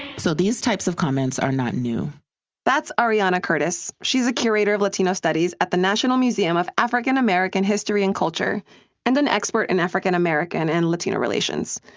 so these types of comments are not new that's ariana curtis. she's a curator of latino studies at the national museum of african-american history and culture and an expert in and african-american and latino relations.